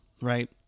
Right